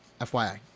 FYI